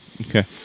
Okay